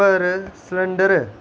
पर सलैंडर